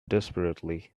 desperately